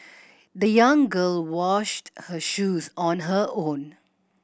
the young girl washed her shoes on her own